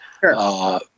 Sure